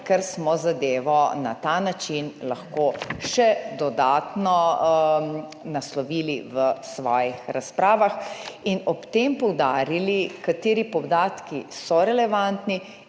ker smo zadevo na ta način lahko še dodatno naslovili v svojih razpravah in ob tem poudarili, kateri podatki so relevantni